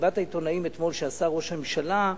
במסיבת העיתונאים אתמול שעשה ראש הממשלה.